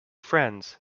friends